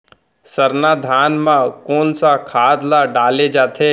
सरना धान म कोन सा खाद ला डाले जाथे?